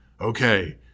okay